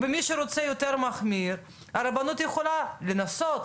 ומי שרוצה יותר מחמיר הרבנות יכולה לנסות,